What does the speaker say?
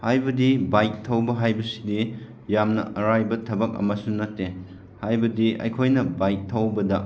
ꯍꯥꯏꯕꯗꯤ ꯕꯥꯏꯛ ꯊꯧꯕ ꯍꯥꯏꯕꯁꯤꯗꯤ ꯌꯥꯝꯅ ꯑꯔꯥꯏꯕ ꯊꯕꯛ ꯑꯃꯁꯨ ꯅꯠꯇꯦ ꯍꯥꯏꯕꯗꯤ ꯑꯩꯈꯣꯏꯅ ꯕꯥꯏꯀ ꯊꯧꯕꯗ